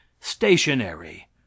stationary